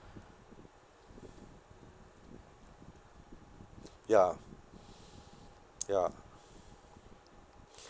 ya ya